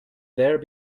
there